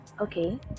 Okay